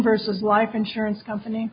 versus life insurance company